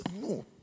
No